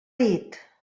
dit